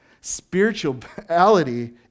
Spirituality